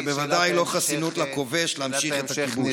שאלת ההמשך,